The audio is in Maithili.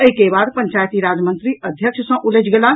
एहि के बाद पंचायती राज मंत्री अध्यक्ष सॅ उलझि गेलाह